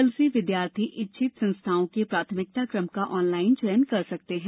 कल से विद्यार्थी इच्छित संस्थाओं के प्राथमिकता क्रम का ऑनलाइन चयन कर सकते है